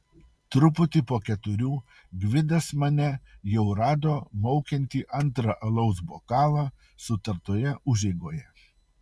truputį po keturių gvidas mane jau rado maukiantį antrą alaus bokalą sutartoje užeigoje